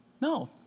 no